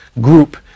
group